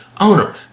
owner